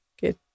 good